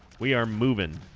we are moving